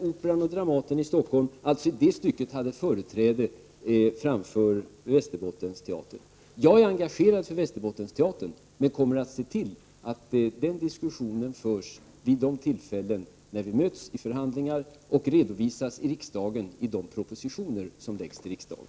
Operan och Dramaten i Stockholm 39 hade alltså i det stycket företräde framför Västerbottensteatern. Jag är engagerad för Västerbottensteatern men kommer att se till att diskussionen om denna förs vid de tillfällen när vi möts i förhandlingar. Resultatet i dessa förhandlingar kommer att redovisas i proposition till riksdagen.